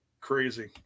Crazy